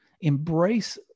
Embrace